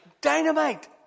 Dynamite